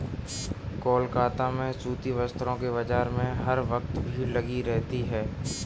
कोलकाता में सूती वस्त्रों के बाजार में हर वक्त भीड़ लगी रहती है